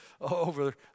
over